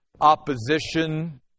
opposition